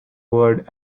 word